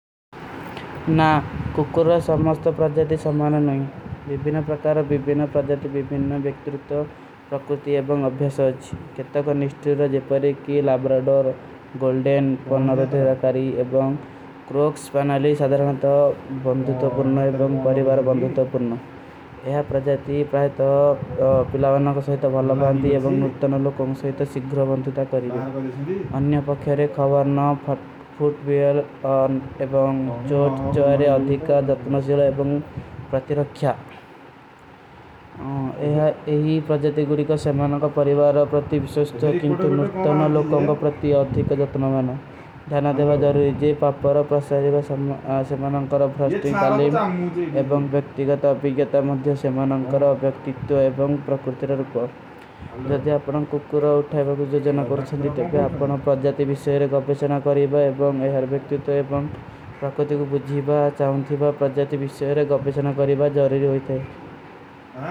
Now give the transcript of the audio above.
ନା, କୁକୁର ଔର ସମସ୍ତେ ପ୍ରଜାତୀ ସମାଲେ ନହୀଂ। ଵିଭୀନ ପ୍ରକାର, ଵିଭୀନ ପ୍ରଜାତୀ, ଵିଭୀନ ଵିଖ୍ତୁର୍ତ, ପ୍ରକୁତି ଏବଂଗ ଅଭ୍ଯାଶ ହୋ ଜୀ। କିତକା କୋ ନିଷ୍ଟୀ ରଜେପରେ କୀ ଲାବ୍ରଡୋର, ଗୋଲ୍ଡେନ, ପୁର୍ଣାରଦେରାକାରୀ ଏବଂଗ, ପ୍ରକୁତି ପ୍ର।